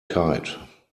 kite